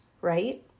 right